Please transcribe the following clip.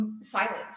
silence